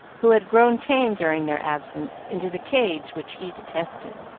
who had grown tame during their absence, into the cage which he detested.